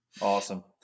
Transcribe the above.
Awesome